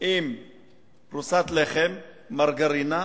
עם פרוסת לחם, מרגרינה,